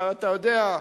אתה יודע,